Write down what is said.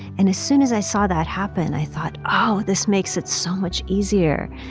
and as soon as i saw that happen, i thought, oh, this makes it so much easier.